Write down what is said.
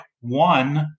one